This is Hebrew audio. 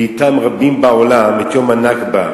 ואתם רבים בעולם, את "יום הנכבה".